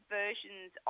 versions